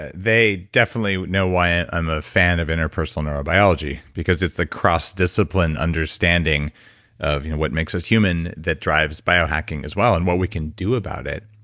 ah they definitely would know why i'm a fan of interpersonal neurobiology, because it's a cross-discipline understanding of what makes us human that drives biohacking as well, and what we can do about it.